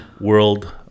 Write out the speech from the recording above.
World